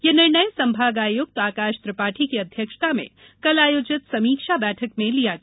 ये निर्णय संभाग आयुक्त आकाष त्रिपाठी की अध्यक्षता में कल आयोजित समीक्षा बैठक में लिया गया